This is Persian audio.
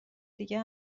دیگه